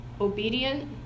obedient